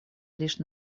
лишь